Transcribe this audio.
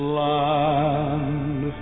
land